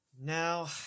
Now